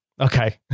Okay